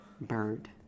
Bird